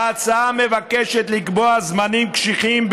ההצעה מבקשת לקבוע זמנים קשיחים,